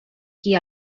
qui